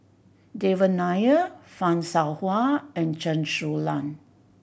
Devan Nair Fan Shao Hua and Chen Su Lan